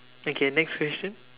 okay next question